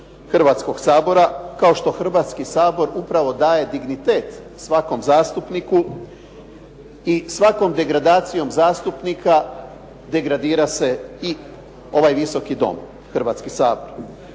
Hrvatskoga sabora kao što Hrvatski sabor upravo daje dignitet svakom zastupniku i svakom degradacijom zastupnika degradira se i ovaj Visoki dom, Hrvatski sabor.